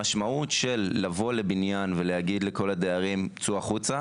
המשמעות של לבוא לבניין ולהגיד לכל הדיירים לצאת החוצה